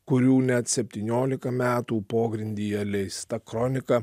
kurių net septyniolika metų pogrindyje leista kronika